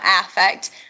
affect